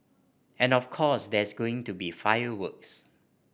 and of course there's going to be fireworks